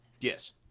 Yes